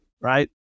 Right